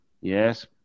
Yes